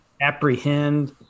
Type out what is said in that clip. apprehend